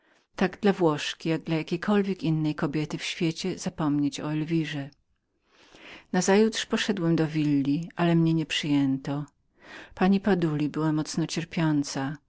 tak dla włoszki jako dla jakiejkolwiek innej kobiety w świecie zapomnieć o elwirze nazajutrz poszedłem do willi ale mnie nie przyjęto pani baduli była mocno cierpiącą